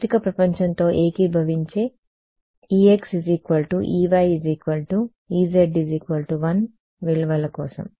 భౌతిక ప్రపంచంతో ఏకీభవించే exeyez1 విలువల కోసం